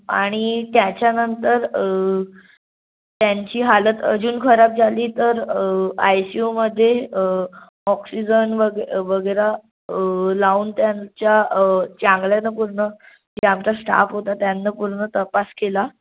आणि त्याच्यानंतर त्यांची हालत अजून खराब झाली तर आय सी यूमध्ये ऑक्सिजन वगे वगैरे लावून त्यांच्या चांगल्याने पूर्ण आमच्या स्टाफ होता त्यांनी पूर्ण तपास केला